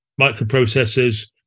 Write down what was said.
microprocessors